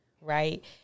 Right